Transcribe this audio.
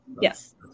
yes